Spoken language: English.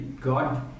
God